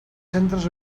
centres